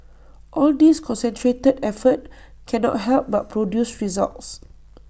all this concentrated effort cannot help but produce results